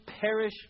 perish